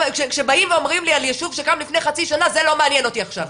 כשבאים ואומרים לי על יישוב שקם לפני חצי שנה זה לא מעניין אותי עכשיו.